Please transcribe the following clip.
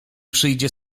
przyjdzie